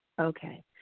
Okay